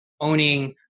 owning